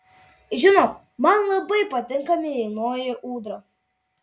žinau man labai patinka mėlynoji ūdra